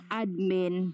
admin